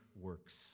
works